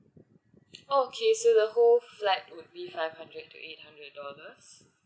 okay so the whole flat would be five hundred to eight hundred dollars